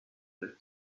desert